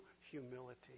humility